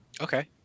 okay